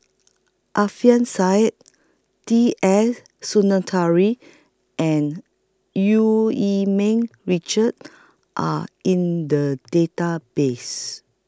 Alfian Sa'at T S Sinnathuray and EU Yee Ming Richard Are in The Database